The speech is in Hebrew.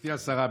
גברתי השרה,